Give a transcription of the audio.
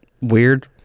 Weird